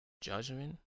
Judgment